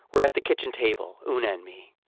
we're at the kitchen table, oona and me.